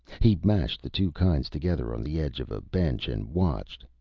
he mashed the two kinds together on the edge of a bench and watched.